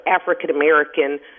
African-American